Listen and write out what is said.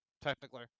Technically